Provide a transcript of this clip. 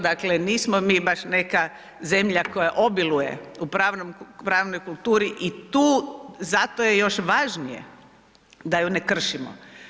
Dakle, nismo mi baš neka zemlja koja obiluje u pravnoj kulturi i tu, zato je još važnije da ju ne kršimo.